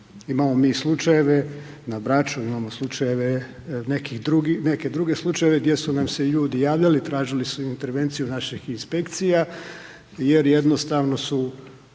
Imamo mi i slučajeve, na Braču imamo slučajeve neke druge slučajeve gdje su nam se ljudi javljali, tražili su intervenciju naših inspekcija jer jednostavno su,